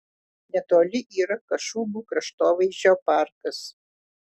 netoli yra kašubų kraštovaizdžio parkas